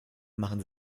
machen